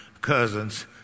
cousins